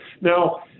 Now